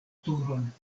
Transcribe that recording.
turon